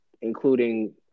including